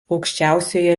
aukščiausioje